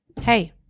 hey